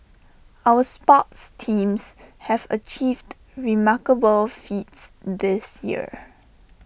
our sports teams have achieved remarkable feats this year